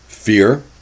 fear